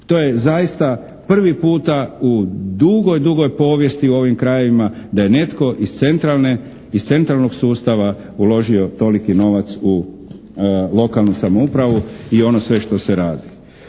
To je zaista prvi puta u dugoj povijesti u ovim krajevima da je netko iz centralnog sustava uložio toliki novac u lokalnu samouprave i ono sve što se radi.